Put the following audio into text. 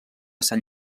sant